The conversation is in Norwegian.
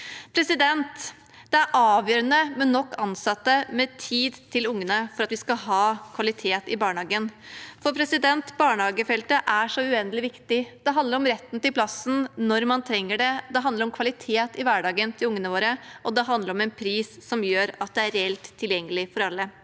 sektoren. Det er avgjørende med nok ansatte med tid til ungene for at vi skal ha kvalitet i barnehagen. For barnehagefeltet er så uendelig viktig. Det handler om retten til plass når man trenger det, det handler om kvalitet i hverdagen til ungene våre, og det handler om en pris som gjør at det er reelt tilgjengelig for alle.